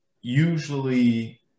usually